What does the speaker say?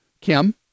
Kim